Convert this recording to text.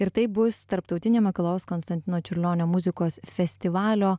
ir taip bus tarptautinio mikalojaus konstantino čiurlionio muzikos festivalio